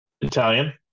Italian